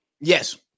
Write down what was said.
yes